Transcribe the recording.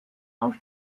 auf